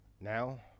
now